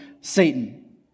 Satan